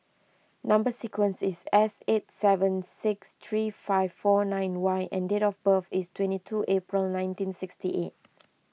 Number Sequence is S eight seven six three five four nine Y and date of birth is twenty two April nineteen sixty eight